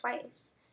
twice